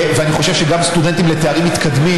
אני חושב שגם לסטודנטים לתארים מתקדמים